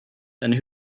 then